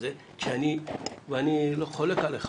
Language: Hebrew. ואני חולק עליך